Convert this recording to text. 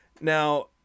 now